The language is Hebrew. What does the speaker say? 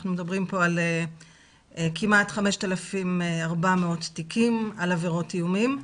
אנחנו מדברים פה על כמעט 5,400 תיקים על עבירות איומים.